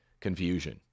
confusion